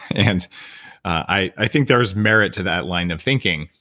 and i think there's merit to that line of thinking,